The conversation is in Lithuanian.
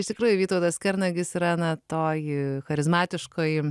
iš tikrųjų vytautas kernagis yra na toji charizmatiškoji